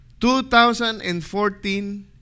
2014